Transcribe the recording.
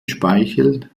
speichel